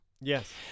Yes